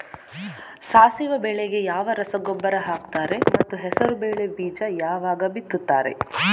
ಸಾಸಿವೆ ಬೆಳೆಗೆ ಯಾವ ರಸಗೊಬ್ಬರ ಹಾಕ್ತಾರೆ ಮತ್ತು ಹೆಸರುಬೇಳೆ ಬೀಜ ಯಾವಾಗ ಬಿತ್ತುತ್ತಾರೆ?